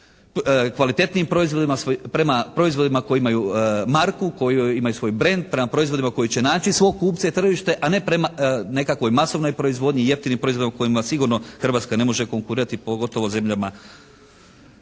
kvalitetnijim proizvodima, prema proizvodima koji imaju marku, koji imaju svoj brend. Prema proizvodima koji će naći svog kupca i tržište. A ne prema nekakvoj masovnoj proizvodnji i jeftinim proizvodima kojima sigurno Hrvatska ne može konkurirati pogotovo zemljama